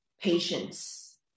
Patience